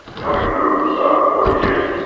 coming through forty years,